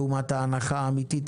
לעומת ההנחה האמיתית,